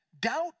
Doubt